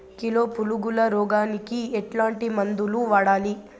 Kilo పులుగుల రోగానికి ఎట్లాంటి మందులు వాడాలి?